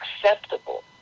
acceptable